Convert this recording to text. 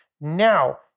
Now